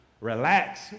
Relax